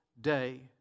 day